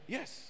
Yes